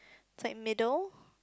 it's like middle